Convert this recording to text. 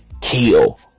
kill